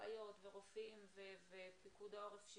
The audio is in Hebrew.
אחיות ורופאים ופיקוד העורף,